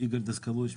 איגור דוסקולביץ,